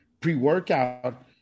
pre-workout